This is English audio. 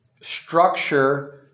structure